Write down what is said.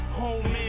home